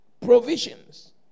Provisions